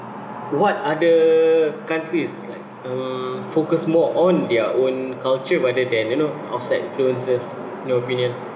what other countries like um focus more on their own culture rather than you know outside influences in your opinion